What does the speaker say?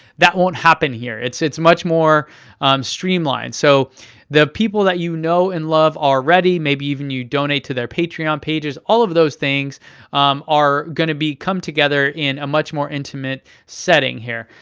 that won't happen here. it's it's much more streamline. so the people that you know and love already, maybe even you donate to their patron um pages, all of those things are goin to be coming together in a much more intimate setting here.